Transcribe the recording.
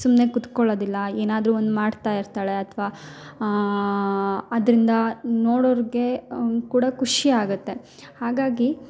ಸುಮ್ಮನೆ ಕುತ್ಕೊಳೋದಿಲ್ಲ ಏನಾದರೂ ಒಂದು ಮಾಡ್ತಾ ಇರ್ತಾಳೆ ಅಥ್ವ ಅದರಿಂದ ನೋಡೋರಿಗೆ ಕೂಡ ಖುಷಿ ಆಗತ್ತೆ ಹಾಗಾಗಿ